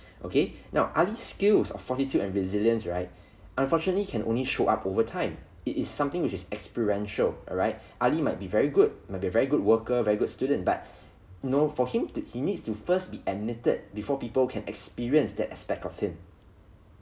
okay now Ali's skills of fortitude and resilience right unfortunately can only show up over time it is something which is experiential alright Ali might be very good may be very good worker very good student but no for him to he needs to first be admitted before people can experience that aspect of him